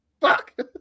Fuck